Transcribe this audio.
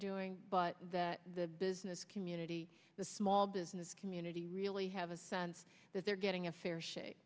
doing but that the business community the small business community really have a sense that they're getting a fair shake